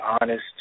honest